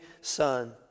son